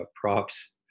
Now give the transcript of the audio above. props